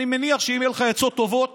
אני מניח שאם יהיו לך עצות טובות